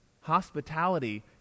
Hospitality